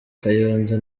kayonza